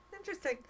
Interesting